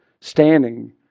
Standing